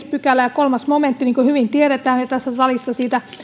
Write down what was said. pykälän kolmas momentti niin kuin hyvin tiedetään ja tässä salissa siitä vuoden